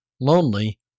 lonely